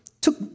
took